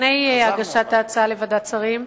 לפני הגשת ההצעה לוועדת השרים,